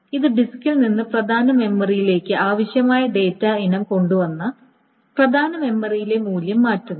ഇത് ഡിസ്കിൽ നിന്ന് പ്രധാന മെമ്മറിയിലേക്ക് ആവശ്യമായ ഡാറ്റ ഇനം കൊണ്ടുവന്ന് പ്രധാന മെമ്മറിയിലെ മൂല്യം മാറ്റുന്നു